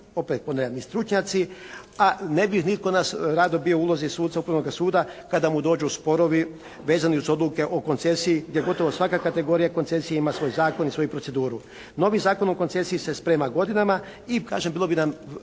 opet ponavljam ni stručnjaci a ne bi nitko od nas bio u ulozi suca Upravnoga suda kada mu dođu sporovi vezani uz odluke o koncesiji gdje gotovo svaka kategorija koncesije ima svoj zakon i svoju proceduru. Novi Zakon o koncesiji se sprema godinama i kažem bilo bi nam